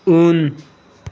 उन